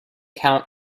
count